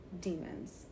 demons